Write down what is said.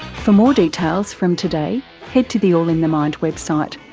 for more details from today head to the all in the mind website,